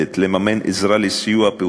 לממן עזרה לקיום פעולות אלה.